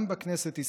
גם בכנסת ישראל,